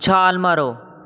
ਛਾਲ ਮਾਰੋ